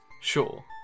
Sure